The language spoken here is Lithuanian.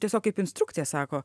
tiesiog kaip instrukcija sako